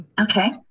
okay